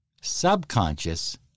subconscious